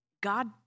God